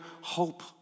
hope